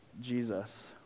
Jesus